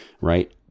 right